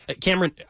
Cameron